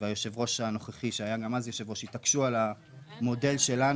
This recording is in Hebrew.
והיושב ראש הנוכחי שהיה גם אז יושב ראש התעקשו על המודל שלנו